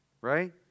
right